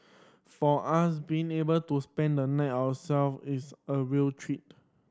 for us being able to spend the night ourselves is a real treat